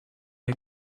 had